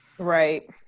Right